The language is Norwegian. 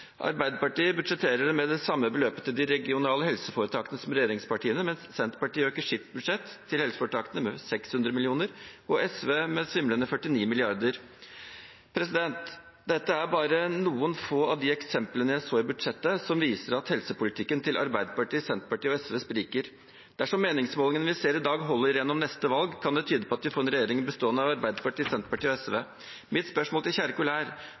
Arbeiderpartiet budsjetterer med det samme beløpet til de regionale helseforetakene som regjeringspartiene, mens Senterpartiet øker i sitt budsjett til helseforetakene med 600 mill. kr og SV med svimlende 49 mrd. kr. Dette er bare noen få av de eksemplene jeg så i budsjettet, som viser at helsepolitikken til Arbeiderpartiet, Senterpartiet og SV spriker. Dersom meningsmålingene vi ser i dag holder gjennom neste valg, kan det tyde på at vi får en regjering bestående av Arbeiderpartiet, Senterpartiet og SV. Mitt spørsmål til representanten Kjerkol er: